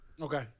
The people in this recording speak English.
Okay